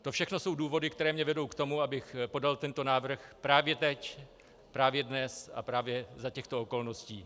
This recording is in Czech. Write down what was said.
To všechno jsou důvody, které mě vedou k tomu, abych podal tento návrh právě teď, právě dnes a právě za těchto okolností.